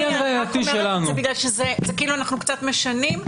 אני רק אומרת את זה בגלל שאנחנו קצת משנים,